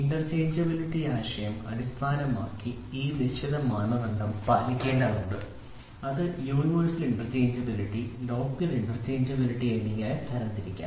interchangeability ആശയം അടിസ്ഥാനമാക്കി ഈ നിശ്ചിത മാനദണ്ഡം പാലിക്കേണ്ടതുണ്ട് അത് യൂണിവേഴ്സൽ ഇന്റർചേഞ്ചബിലിറ്റി ലോക്കൽ ഇന്റർചേഞ്ചബിലിറ്റി എന്നിങ്ങനെ തരംതിരിക്കാം